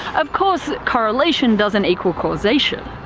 of course correlation doesn't equal causation.